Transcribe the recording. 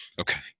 okay